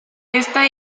esta